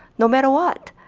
no matter what.